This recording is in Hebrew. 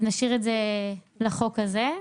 אז נשאיר את זה לחוק הזה,